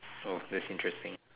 oh that's interesting